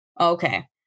Okay